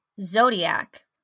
zodiac